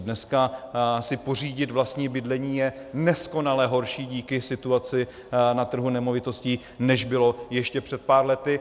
Dneska si pořídit vlastní bydlení je neskonale horší díky situaci na trhu nemovitostí, než bylo ještě před pár lety.